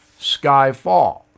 Skyfall